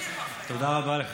תודה רבה לך,